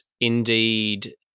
indeed